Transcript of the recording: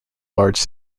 large